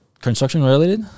Construction-related